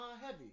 heavy